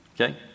Okay